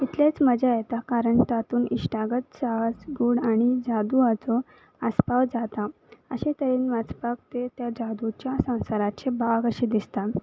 इतलेच मजा येता कारण तातूंत इश्टागत साहस गूण आनी जदू हाचो आस्पाव जाता अशे तरेन वाचपाक ते त्या जादूच्या संवसाराचे भाग अशें दिसता